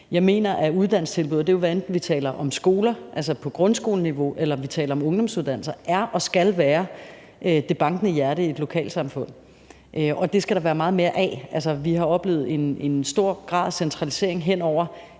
Jeg mener, at uddannelsestilbud – og det er, hvad enten vi taler om skoler på grundskoleniveau eller vi taler om ungdomsuddannelser – er og skal være det bankende hjerte i et lokalsamfund. Og det skal der være meget mere af. Altså, vi har oplevet en stor grad af centralisering hen over